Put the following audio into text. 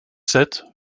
sept